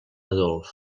adolf